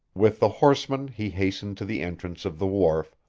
with the horseman he hastened to the entrance of the wharf,